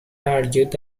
argued